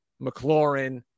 McLaurin